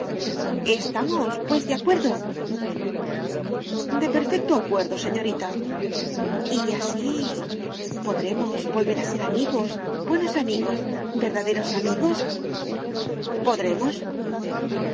estamos pues de acuerdo de perfecto acuerdo señorita y así podremos volver a ser amigos buenos amigos verdaderos amigos podremos